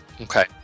Okay